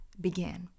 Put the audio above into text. began